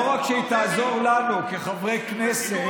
לא רק שהיא תעזור לנו כחברי כנסת,